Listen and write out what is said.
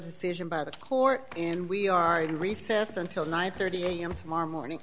decision by the court and we are in recess until nine thirty am tomorrow morning